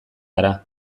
gara